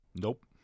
Nope